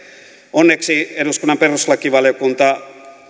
onneksi eduskunnan perustuslakivaliokunta